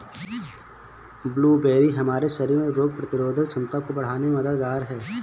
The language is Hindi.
ब्लूबेरी हमारे शरीर में रोग प्रतिरोधक क्षमता को बढ़ाने में मददगार है